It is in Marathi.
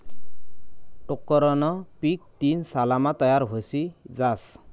टोक्करनं पीक तीन सालमा तयार व्हयी जास